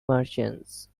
merchants